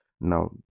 Now